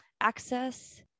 Access